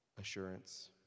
assurance